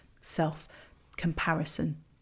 self-comparison